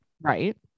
Right